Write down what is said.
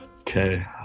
Okay